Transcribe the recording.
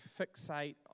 fixate